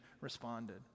responded